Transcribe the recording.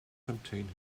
contain